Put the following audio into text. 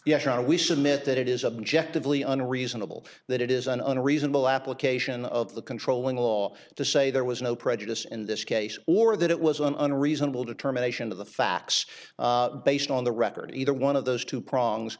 objectively unreasonable that it is an unreasonable application of the controlling law to say there was no prejudice in this case or that it was an unreasonable determination of the facts based on the record either one of those two prongs